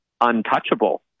untouchable